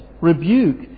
rebuke